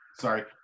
Sorry